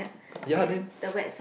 ya then